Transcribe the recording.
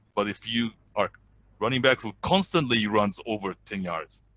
but if you are a running back, who constantly runs over ten yards,